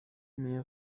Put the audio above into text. mir